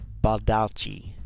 Baldacci